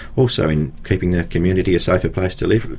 also in keeping the community a safer place to live in.